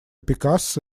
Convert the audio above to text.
пикассо